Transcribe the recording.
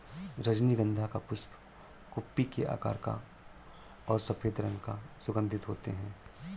रजनीगंधा का पुष्प कुप्पी के आकार का और सफेद रंग का सुगन्धित होते हैं